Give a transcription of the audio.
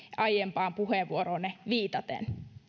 aiempaan puheenvuoroonne